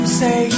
say